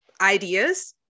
ideas